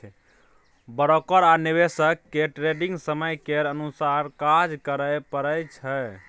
broker आ निवेशक केँ ट्रेडिग समय केर अनुसार काज करय परय छै